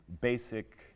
basic